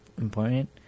important